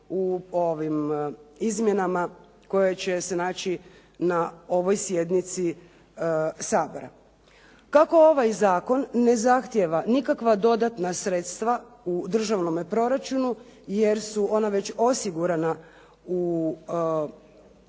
u ovim izmjenama koje će se naći na ovoj sjednici Sabora. Kako ovaj zakon ne zahtijeva nikakva dodatna sredstva u državnom proračunu jer su ona već osigurana u